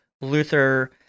Luther